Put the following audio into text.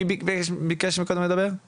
בפגישה דיברנו